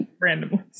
Randomly